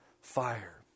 fire